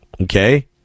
okay